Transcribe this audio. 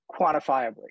quantifiably